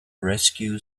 rescue